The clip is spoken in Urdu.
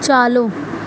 چالو